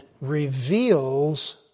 reveals